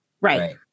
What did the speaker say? Right